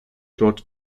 dort